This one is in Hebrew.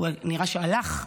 נראה שהוא הלך,